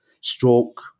stroke